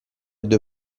due